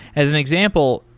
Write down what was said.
as an example,